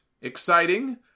Exciting